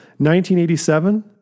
1987